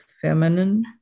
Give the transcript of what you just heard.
feminine